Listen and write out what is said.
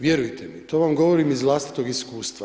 Vjerujte mi, to vam govorim iz vlastitog iskustva.